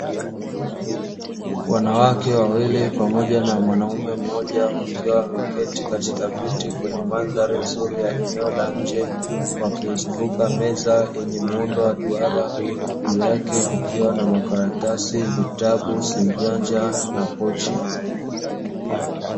Wanawake wawili pamoja na mwanaume mmoja wakiwa wameketi katika viti kwenye mandhari nzuri ya eneo la nje, wakiizunguka meza yenye muundo wa duara juu yake kukiwa na makaratasi, vitabu, simu janja na pochi.